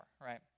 right